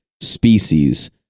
species